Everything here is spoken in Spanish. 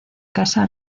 casa